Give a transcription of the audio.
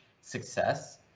success